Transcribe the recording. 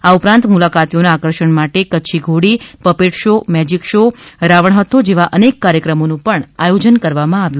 આ ઉપરાંત મુલાકાતીઓના આકર્ષણ માટે કચ્છી ઘોડી puppet show magic show Ravan હથ્થો જેવા અનેક કાર્યક્રમોનું પણ આયોજીત કરવામાં આવ્યું